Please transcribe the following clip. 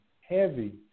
heavy